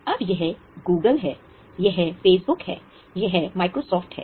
अब यह गूगल है यह फेसबुक है यह माइक्रोसॉफ्ट है